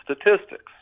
statistics